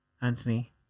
Anthony